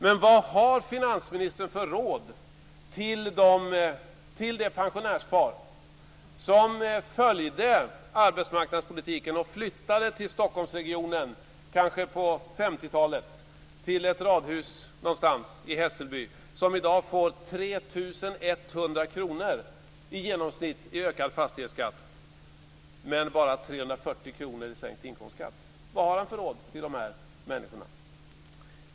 Men vad har finansministern för råd till det pensionärspar som följde arbetsmarknadspolitiken och flyttade till Stockholmsregionen på 50-talet till ett radhus i Hässelby? I dag får de 3 100 kr i genomsnitt i ökad fastighetsskatt men bara 340 kr i sänkt inkomstskatt.